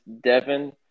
Devin